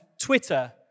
Twitter